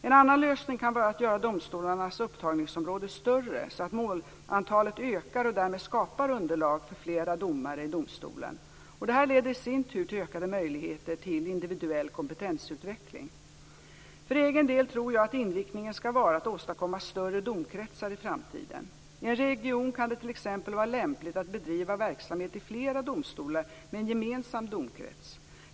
En annan lösning kan vara att göra domstolarnas upptagningsområde större så att målantalet ökar och därmed skapar underlag för fler domare i domstolen. Detta leder i sin tur till ökade möjligheter till individuell kompetensutveckling. För egen del tror jag att inriktningen skall vara att åstadkomma större domkretsar i framtiden. I en region kan det t.ex. vara lämpligt att bedriva verksamhet i flera domstolar med en gemensam domkrets.